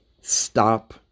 Stop